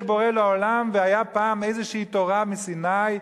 בורא לעולם והיתה פעם איזו תורה מסיני,